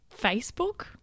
Facebook